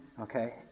Okay